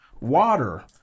Water